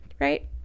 right